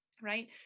right